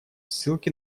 ссылки